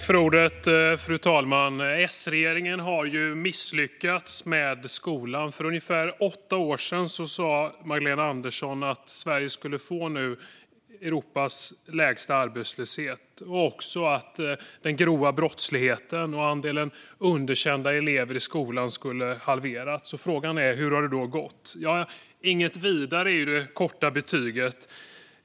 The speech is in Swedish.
Fru talman! S-regeringen har misslyckats med skolan. För ungefär åtta år sedan sa Magdalena Andersson att Sverige nu skulle få Europas lägsta arbetslöshet. Hon sa också att den grova brottsligheten och andelen underkända elever i skolan skulle halveras. Frågan är då hur det har gått. Inget vidare, är det korta betyget.